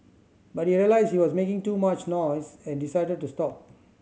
but he realised he was making too much noise and decided to stop